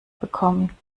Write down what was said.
bekommen